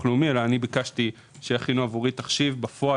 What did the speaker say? הלאומי אלא ביקשתי שיכינו עבורי תחשיב בפועל,